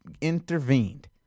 intervened